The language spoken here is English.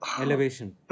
elevation